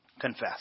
confess